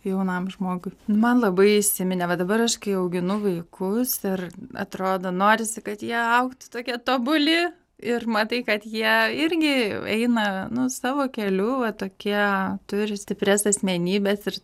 jaunam žmogui man labai įsiminė va dabar aš auginu vaikus ir atrodo norisi kad jie augtų tokie tobuli ir matai kad jie irgi jau eina nu savo keliu va tokie turi stiprias asmenybes ir